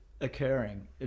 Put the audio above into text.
occurring